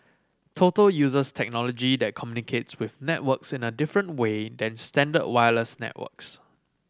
total uses technology that communicates with networks in a different way than standard wireless networks